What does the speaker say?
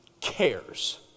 cares